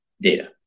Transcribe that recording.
data